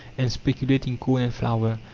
and speculate in corn and flour,